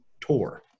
tour